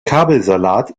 kabelsalat